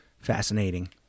Fascinating